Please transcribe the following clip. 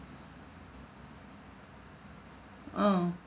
mm